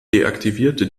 deaktivierte